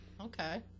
okay